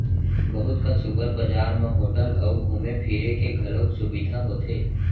बहुत कन सुपर बजार म होटल अउ घूमे फिरे के घलौक सुबिधा होथे